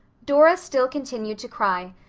dora still continued to cry,